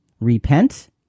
Repent